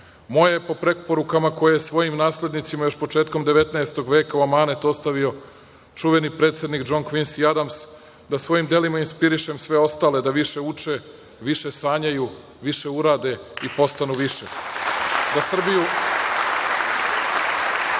Moje je, po preporukama koje svojim naslednicima još početkom XIX veka u amanet ostavio čuveni predsednik DŽon Kvinsi Adams, da svojim delima inspiriše sve ostale da više uče, više sanjaju, više urade i postanu više,